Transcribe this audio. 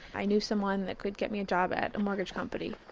i knew someone that could get me a job at a mortgage company